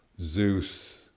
Zeus